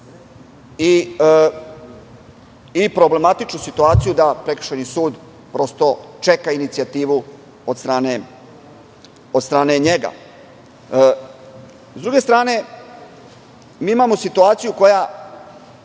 i problematičnu situaciju da prekršajni sud čeka inicijativu od strane njega. S druge strane, imamo situaciju koja